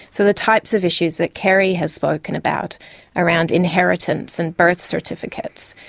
so the types of issues that kerrie has spoken about around inheritance and birth certificates,